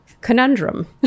conundrum